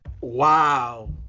Wow